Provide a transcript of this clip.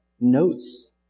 notes